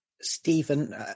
Stephen